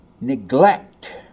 neglect